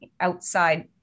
outside